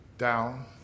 down